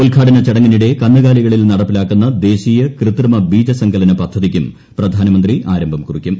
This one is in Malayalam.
ഉദ്ഘാടന ചടങ്ങിനിട്ടെ കന്നുകാലികളിൽ നടപ്പിലാക്കുന്ന ദേശീയ കൃത്രിമ ബീജസങ്കലന്റ പ്പിദ്ധതിക്കും പ്രധാനമന്ത്രി ആരംഭം കുറിക്കും